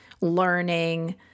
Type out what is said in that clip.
learning